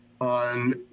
on